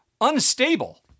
unstable